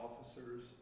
officers